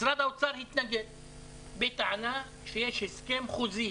משרד האוצר התנגד בטענה שיש הסכם חוזי